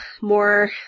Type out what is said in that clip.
more